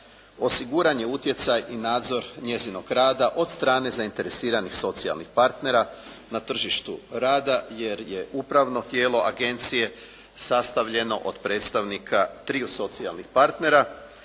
osigurani utjecaj i nadzor njezinog rada oda strane zainteresiranih socijalnih partnera na tržištu rada jer je upravno tijelo agencije sastavljeno od predstavnika triju socijalnih partnera,